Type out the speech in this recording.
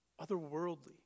otherworldly